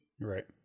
right